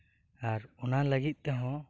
ᱟᱨ ᱚᱱᱟ ᱞᱟᱹᱜᱤᱫ ᱛᱮᱦᱚᱸ